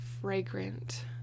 fragrant